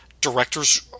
directors